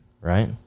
right